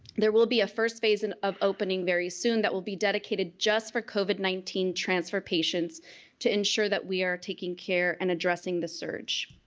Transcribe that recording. there will be a first phase and of opening very soon that will be dedicated just for covid nineteen transfer patients to ensure that we are taking care and addressing the surge.